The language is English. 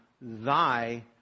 thy